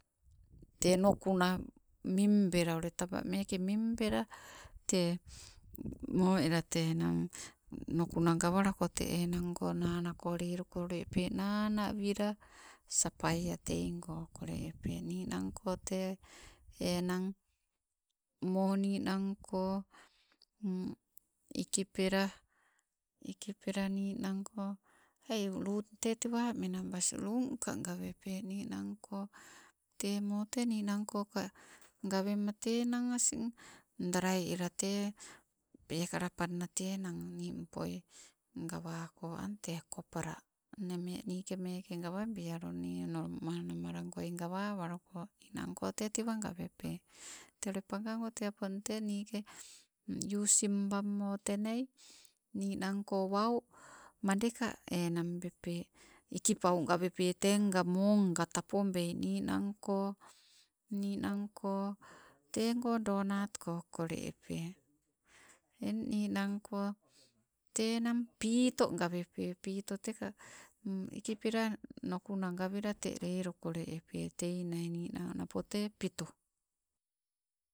Tee nunuka, ming bela taba meke ule ming bela tee moo ela te enang nukuna gamalako enang go nanako lalukole epee, nana wila sapaia teigo kole epe. Ninangko te enang moo ninanko ka gawema te enang asing, darai ela, te pekala panna tee enang nimmpoi gawako ante tee copra nnemek nii meke gawabialuko nii onolimano namalagoi gawawaluko, ninanko te tewa gawepe. Tee ule pagago te opon tee niike usim bammo tanai ninanko wan madeka enang bepe, ikipau gawepe tenga moonga, tapobei ninank, ninanko, tego donatko kole epe. Eng ninanko tee enang pitoo gawepe, pitoo tekaa ikipela nukuna gawela te leluu kole epe teinai nino napo te pitu